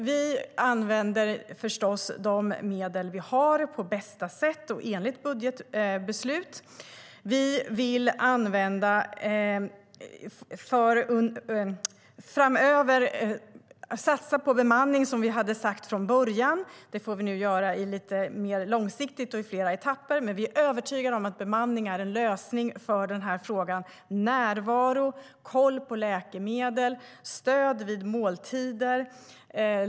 Vi använder förstås de medel vi har på bästa sätt och enligt budgetbeslut. Vi vill framöver satsa på bemanning, som vi hade sagt från början. Det får vi nu göra lite mer långsiktigt och i flera etapper. Vi är övertygade om att bemanning är en lösning för den här frågan. Det handlar om närvaro, koll på läkemedel och stöd vid måltider.